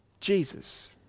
Jesus